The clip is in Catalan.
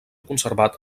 conservat